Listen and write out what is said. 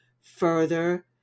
further